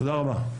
תודה רבה.